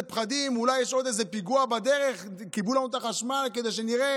פחדים: אולי יש עוד איזה פיגוע בדרך וכיבו לנו את החשמל כדי שנראה,